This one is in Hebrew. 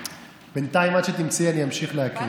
בינתיים, עד שתמצאי, אני אמשיך להקריא.